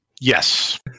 Yes